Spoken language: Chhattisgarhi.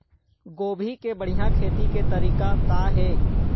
गोभी के बढ़िया खेती के तरीका का हे?